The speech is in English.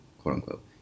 quote-unquote